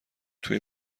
توی